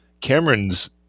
Cameron's